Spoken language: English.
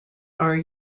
are